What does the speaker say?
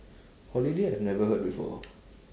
holiday I've never heard before